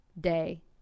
Day